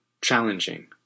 Challenging